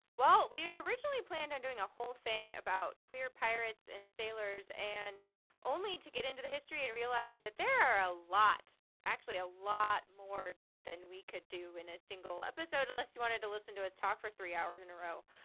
well, we had originally planned on doing a whole thing about queer pirates and sailors and only to get into the history and realize that there are a lot, actually a lot more than we could do in a single episode unless you wanted to listen to us talk for three hours in a row.